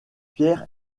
pierre